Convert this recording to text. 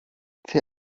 the